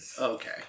Okay